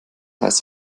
heißt